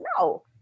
No